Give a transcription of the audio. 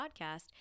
podcast